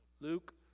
Luke